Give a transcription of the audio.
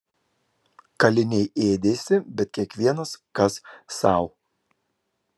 kaliniai ėdėsi bet kiekvienas kas sau